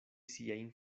siajn